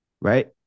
right